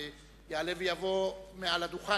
האם יש הודעה למזכיר הכנסת?